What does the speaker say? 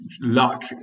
luck